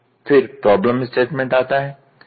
फिर problem statement आता है